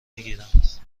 میگیرند